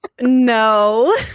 No